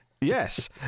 Yes